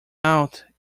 out